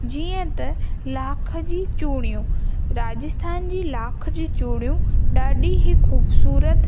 जीअं त लाख जी चूड़ियूं राजस्थान जी लाख जी चूड़ियूं ॾाढी ई ख़ूबसूरत